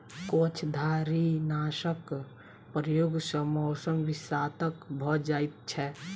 कवचधारीनाशक प्रयोग सॅ मौस विषाक्त भ जाइत छै